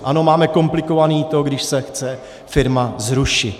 Ano, máme komplikované to, když se chce firma zrušit.